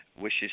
wishes